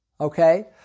Okay